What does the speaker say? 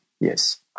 yes